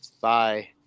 bye